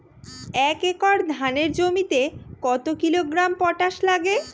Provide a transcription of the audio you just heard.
এক একর ধানের জমিতে কত কিলোগ্রাম পটাশ লাগে?